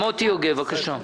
מוטי יוגב, בבקשה.